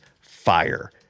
fire